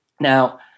Now